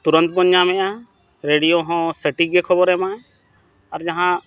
ᱛᱩᱨᱚᱱᱛ ᱵᱚᱱ ᱧᱟᱢᱮᱜᱼᱟ ᱨᱮᱰᱤᱭᱳ ᱦᱚᱸ ᱥᱚᱴᱷᱤᱠᱜᱮ ᱠᱷᱚᱵᱚᱨ ᱮᱢᱟᱜᱼᱟᱭ ᱟᱨ ᱡᱟᱦᱟᱸ